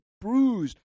bruised